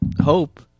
hope